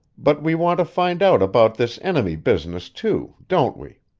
but we want to find out about this enemy business, too, don't we?